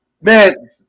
man